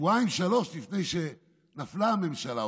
שבועיים-שלושה לפני שנפלה הממשלה,